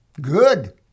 good